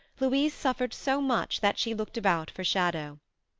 louise suffered so much that she looked about for shadow.